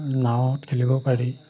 নাৱত খেলিব পাৰি